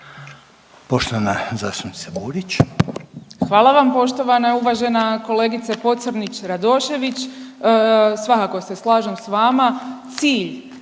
**Burić, Majda (HDZ)** Hvala vam poštovana i uvažena kolegice Pocrnić-Radošević. Svakako se slažem s vama. Cilj